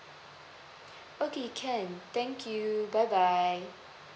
okay can thank you bye bye